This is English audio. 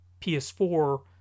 PS4